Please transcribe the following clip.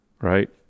right